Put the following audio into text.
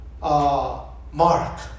Mark